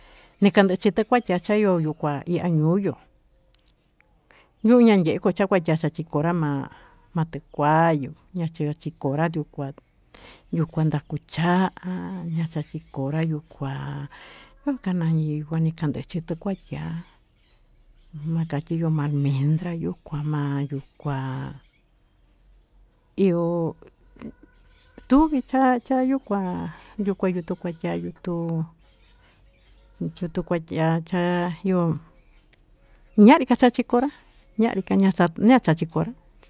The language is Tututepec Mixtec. Nikande chikuachiá tayo'ó, ñuu kuá nayo yo'ó ñuu nanyexo kachakuacha chikonrá, ma'a matekuayuu yo'o chikonrá yuu kuá ñuu kuenta kucha'a chachokonrá yuu kuá, nuu kanayenguó nikandeche katukuachí a'a nichachiyo ma'a mientras yuu kua ma'a yukuá, tuvii ciho ha'a chayó kuá yuu kuayi tuu kua chayó tuu kutu kua chi'á chi'á ñoo ñachi kachikonrá, ñavika ñaxa'a ñani kachikonrá.